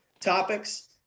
topics